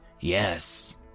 yes